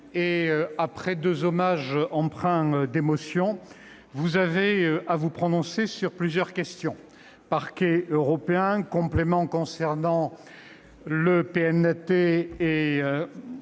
et après deux hommages empreints d'émotion, nous avons à nous prononcer sur plusieurs questions : le Parquet européen, des compléments concernant le PNAT